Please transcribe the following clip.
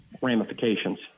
ramifications